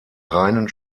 reinen